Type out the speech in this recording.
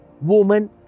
woman